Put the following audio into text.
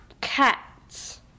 cats